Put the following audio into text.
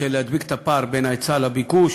להדבקת הפער בין ההיצע לביקוש,